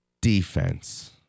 defense